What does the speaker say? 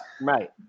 Right